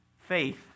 faith